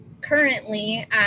currently